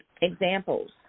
examples